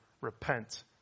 repent